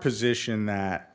position that